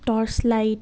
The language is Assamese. torch light